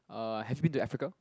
uh have you been to Africa